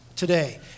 today